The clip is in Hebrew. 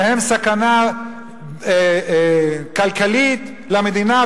שהם סכנה כלכלית למדינה,